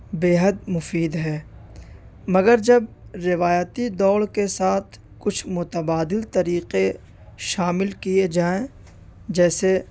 بے حد مفید ہے مگر جب روایتی دوڑ کے ساتھ کچھ متبادل طریقے شامل کیے جائیں جیسے